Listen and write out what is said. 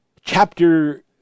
chapter